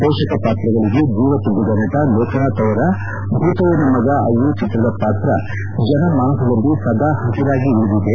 ಪೋಷಕ ಪಾತ್ರಗಳಿಗೆ ಜೀವ ತುಂಬಿದ ನಟ ಲೋಕನಾಥ್ ಅವರ ಭೂತಯ್ಥನ ಮಗ ಅಯ್ಯು ಚಿತ್ರದ ಪಾತ್ರ ಜನಮಾನಸದಲ್ಲಿ ಸದಾ ಹಸಿರಾಗಿ ಉಳಿದಿದೆ